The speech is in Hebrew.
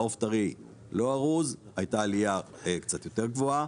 בעוף טרי לא ארוז הייתה עלייה קצת יותר גבוהה,